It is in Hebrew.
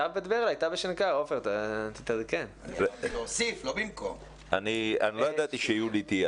אני לא ידעתי שיולי תהיה.